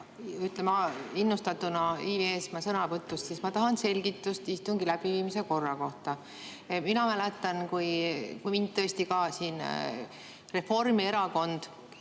tänan! Innustatuna Ivi Eenmaa sõnavõtust, ma tahan selgitust istungi läbiviimise korra kohta. Mina mäletan, kui mind tõesti siin Reformierakond